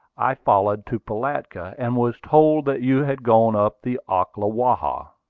i followed to pilatka, and was told that you had gone up the ocklawaha.